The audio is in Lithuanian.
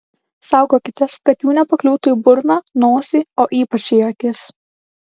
saugokitės kad jų nepakliūtų į burną nosį o ypač į akis